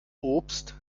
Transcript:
obst